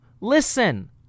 Listen